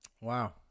Wow